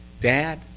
Dad